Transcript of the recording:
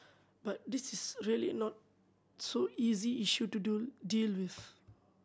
but this is really not so easy issue to do deal with